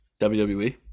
WWE